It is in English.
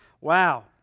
Wow